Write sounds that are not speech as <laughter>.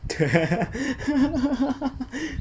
<laughs>